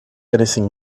anything